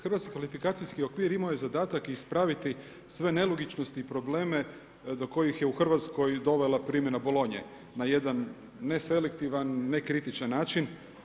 Hrvatski kvalifikacijski okvir imao je zadatak ispraviti sve nelogičnosti i probleme do kojih je u Hrvatskoj dovela primjena Bologne na jedan neselektivan, nekritičan način.